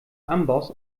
amboss